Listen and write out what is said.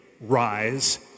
rise